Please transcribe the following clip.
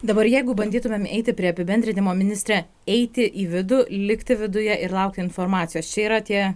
dabar jeigu bandytumėm eiti prie apibendrinimo ministre eiti į vidų likti viduje ir laukti informacijos čia yra tie